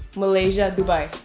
malaysia, dubai.